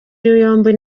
yombi